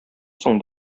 соң